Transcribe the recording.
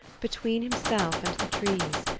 between himself and the trees,